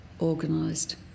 organised